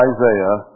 Isaiah